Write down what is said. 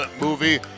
movie